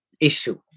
issue